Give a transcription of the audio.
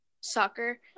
soccer